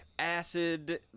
Acid